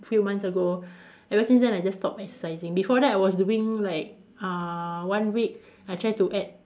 few months ago ever since then I just stop exercising before that I was doing like uh one week I try to add